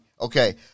Okay